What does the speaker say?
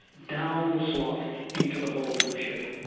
down the slot into the hold of the ship.